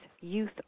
Youth